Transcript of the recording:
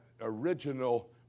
original